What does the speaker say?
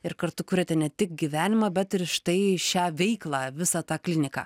ir kartu kuriate ne tik gyvenimą bet ir štai šią veiklą visą tą kliniką